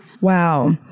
Wow